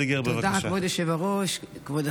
הכנסת, הנושא הראשון על